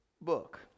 book